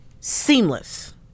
seamless